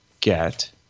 get